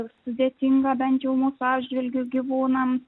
sudėtinga bent jau mūsų atžvilgiu gyvūnam